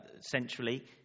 centrally